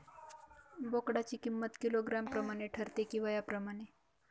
बोकडाची किंमत किलोग्रॅम प्रमाणे ठरते कि वयाप्रमाणे?